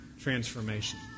transformation